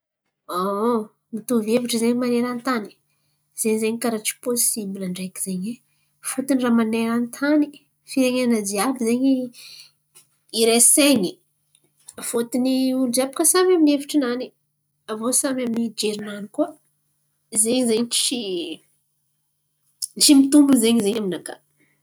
Mitovy hevitry izen̈y man̈eran-tany, zen̈y zen̈y karà tsy pôsibly ndreky izen̈y e, fôtiny raha man̈eran-tany firenena jiàby izen̈y. Iray sain̈y fôtiny olo jiàby baka samby amy ny hevitry nany, avô samby amy ny jery nany koa, zen̈y zen̈y tsy tsy mitombo izen̈y aminakà.